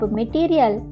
material